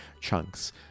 chunks